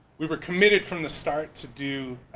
we were committed from the start to do